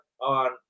on